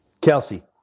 Kelsey